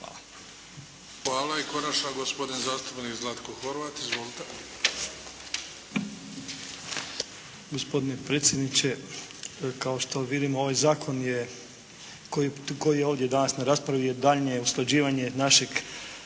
Hvala. I konačno gospodin zastupnik Zlatko Horvat. Izvolite. **Horvat, Zlatko (HNS)** Gospodine predsjedniče, kao što vidim ovaj zakon je, koji je ovdje danas na raspravi je daljnje usklađivanje našeg